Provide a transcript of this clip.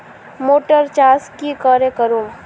Motor चास की करे करूम?